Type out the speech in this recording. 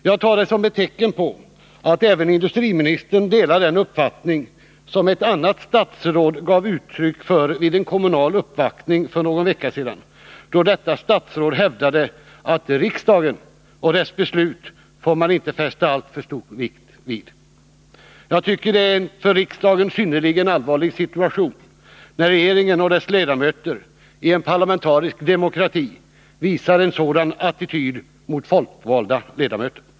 Jag tar det som ett tecken på att även industriministern delar den uppfattning som ett annat statsråd gav uttryck för vid en kommunal uppvaktning för någon vecka sedan, då detta statsråd hävdade att riksdagen och dess beslut får man inte fästa alltför stor vikt vid. Jag tycker det är en för riksdagen synnerligen allvarlig situation när regeringen och dess ledamöter i en parlamentarisk demokrati visar en sådan attityd mot folkvalda ledamöter.